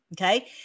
okay